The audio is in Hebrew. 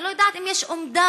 אני לא יודעת אם יש אומדן,